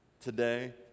today